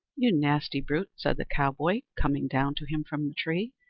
you nasty brute, said the cowboy, coming down to him from the tree,